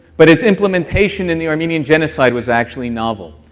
but its implementation in the armenian genocide was actually novel,